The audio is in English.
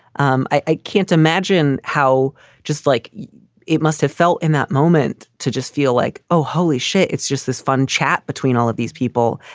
um i can't imagine how just like it must have felt in that moment to just feel like, oh, holy shit, it's just this fun chat between all of these people.